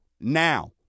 now